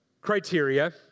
criteria